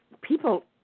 people